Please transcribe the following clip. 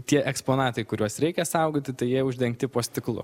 tie eksponatai kuriuos reikia saugoti tai jie uždengti po stiklu